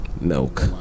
milk